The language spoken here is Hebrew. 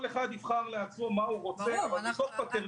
כל אחד יבחר לעצמו מה הוא רוצה --- חלק